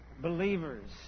believers